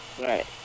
Right